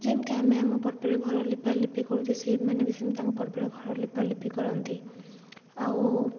ଯେମିତି ଆମେ ଆମ ପର୍ବରେ ଘର ଲିପାଲିପି କରୁଛେ ସିଏ ମାନେ ବି ସେମିତି ତାଙ୍କ ପର୍ବରେ ଘର ଲିପାଲିପି କରନ୍ତି ଆଉ